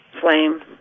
flame